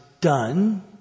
done